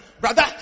brother